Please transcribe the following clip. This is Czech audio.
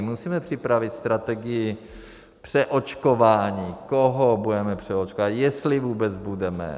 Musíme připravit strategii přeočkování, koho budeme přeočkovávat, jestli vůbec budeme.